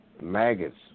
Maggots